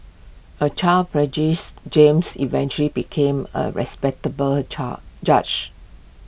A child James eventually became A respectable judge